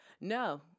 No